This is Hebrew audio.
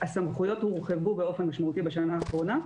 הסמכויות הורחבו באופן משמעותי בשנה האחרונה.